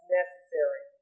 necessary